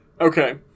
Okay